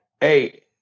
hey